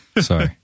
Sorry